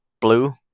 Blue